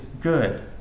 good